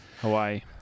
Hawaii